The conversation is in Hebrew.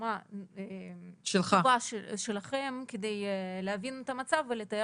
יזומה שלכם, על מנת להבין את המצב ולטייב